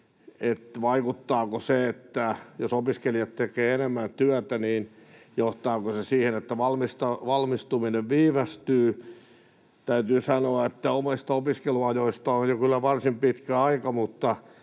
vaikuttaako se, jos opiskelijat tekevät enemmän työtä: johtaako se siihen, että valmistuminen viivästyy. Täytyy sanoa, että omista opiskeluajoistani on jo kyllä varsin pitkä aika,